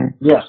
Yes